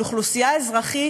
על אוכלוסייה אזרחית,